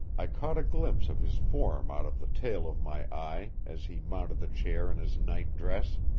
i caught a glimpse of his form out of the tail of my eye as he mounted the chair in his night-dress.